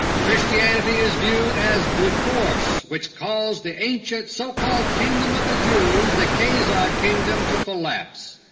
christianity is viewed as the force which caused the ancient so-called kingdom of the jews, the khazar kingdom, to collapse.